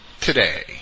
today